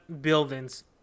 buildings